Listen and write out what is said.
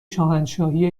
شاهنشاهی